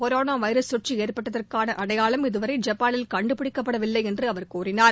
corona virus தொற்று ஏற்பட்டதற்காள அடையாளம் இதுவரை ஜப்பானில் கண்டுபிடிக்கப்படவில்லை என்று அவர் கூறினார்